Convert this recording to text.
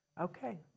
Okay